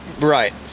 Right